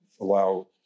allow